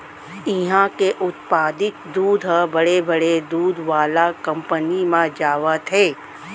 इहां के उत्पादित दूद ह बड़े बड़े दूद वाला कंपनी म जावत हे